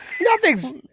Nothing's